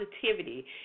positivity